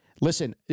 Listen